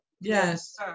Yes